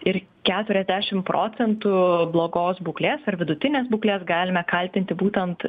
ir keturiasdešim procentų blogos būklės ar vidutinės būklės galime kaltinti būtent